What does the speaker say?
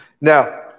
Now